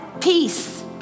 peace